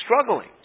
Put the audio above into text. struggling